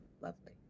lovely